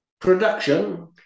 production